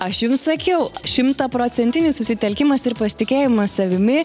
aš jum sakiau šimtaprocentinis susitelkimas ir pasitikėjimas savimi